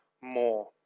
more